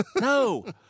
No